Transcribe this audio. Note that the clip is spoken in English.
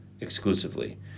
exclusively